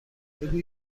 بگو